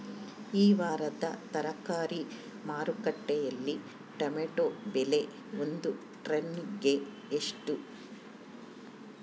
ಈ ವಾರದ ತರಕಾರಿ ಮಾರುಕಟ್ಟೆಯಲ್ಲಿ ಟೊಮೆಟೊ ಬೆಲೆ ಒಂದು ಟ್ರೈ ಗೆ ಎಷ್ಟು?